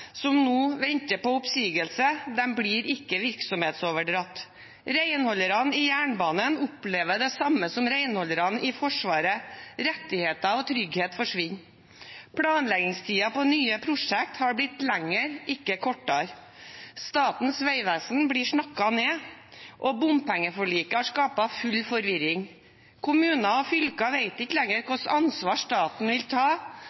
som nå venter på oppsigelse – de blir ikke virksomhetsoverdratt. Renholderne i jernbanen opplever det samme som renholderne i Forsvaret: Rettigheter og trygghet forsvinner. Planleggingstiden for nye prosjekt har blitt lengre, ikke kortere. Statens vegvesen blir snakket ned, og bompengeforliket har skapt full forvirring. Kommuner og fylker vet ikke lenger hvilket ansvar staten vil ta